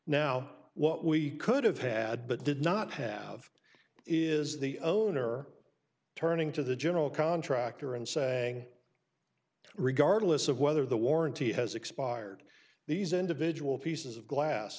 now what we could have had but did not have is the owner turning to the general contractor and saying regardless of whether the warranty has expired these individual pieces of glass